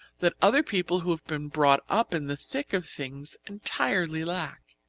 that other people who have been brought up in the thick of things entirely lack.